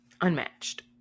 unmatched